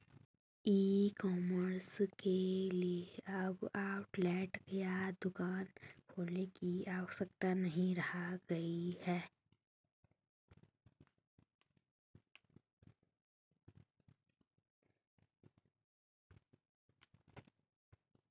ई commerce के लिए अब आउटलेट या दुकान खोलने की आवश्यकता नहीं रह गई है